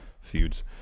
feuds